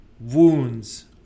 wounds